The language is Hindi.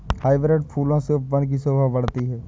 हाइब्रिड फूलों से उपवन की शोभा बढ़ती है